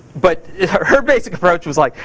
but her basic approach was like,